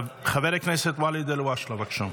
חבר הכנסת ואליד אלהואשלה, בבקשה.